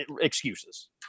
excuses